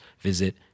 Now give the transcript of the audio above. visit